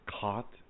caught